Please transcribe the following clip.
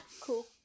Cool